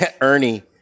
Ernie